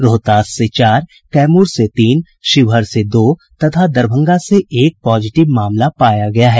रोहतास से चार कैमूर से तीन शिवहर से दो तथा दरभंगा से एक पॉजिटिव मामला पाया गया है